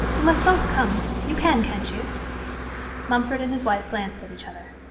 you must both come. you can, can't you mumford and his wife glanced at each other.